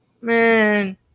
man